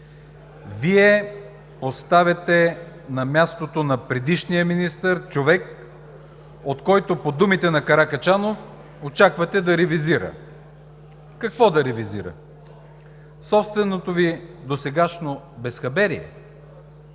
Вие поставяте на мястото на предишния министър човек, от който, по думите на Каракачанов, очаквате да ревизира. Какво да ревизира? Собственото Ви досегашно безхаберие?